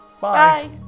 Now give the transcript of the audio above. bye